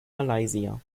malaysia